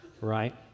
right